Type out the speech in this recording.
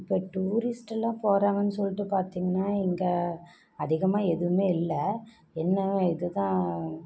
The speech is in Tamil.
இப்போ டூரிஸ்ட்டுலாம் போகிறாங்கன்னு சொல்லிட்டு பார்த்திங்கனா இங்கே அதிகமாக எதுவுமே இல்லை என்ன இதுதான்